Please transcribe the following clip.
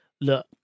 look